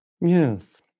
yes